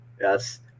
Yes